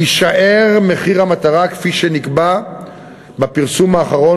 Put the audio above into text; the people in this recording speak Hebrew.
יישאר מחיר המטרה כפי שנקבע בפרסום האחרון